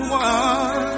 one